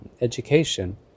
education